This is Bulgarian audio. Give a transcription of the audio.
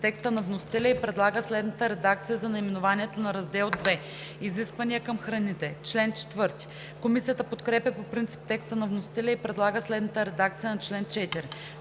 текста на вносителя и предлага следната редакция за наименованието на Раздел II: „Изисквания към храните“. Комисията подкрепя по принцип текста на вносителя и предлага следната редакция на чл. 4: